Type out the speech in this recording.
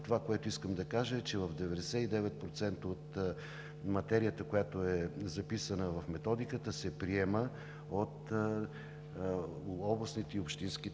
Това, което искам да кажа, е, че 99% от материята, която е записана в Методиката, се приема от областните и общинските